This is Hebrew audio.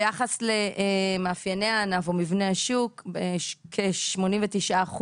ביחס למאפייני הענף ומבנה השוק, כ-89%